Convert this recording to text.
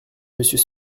monsieur